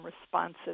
responsive